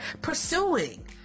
pursuing